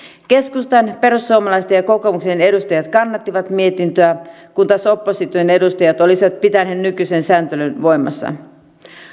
keskustan perussuomalaisten ja kokoomuksen edustajat kannattivat mietintöä kun taas opposition edustajat olisivat pitäneet nykyisen sääntelyn voimassa